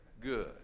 good